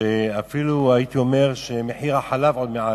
ואפילו הייתי אומר שמחיר החלב, עוד מעט,